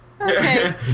okay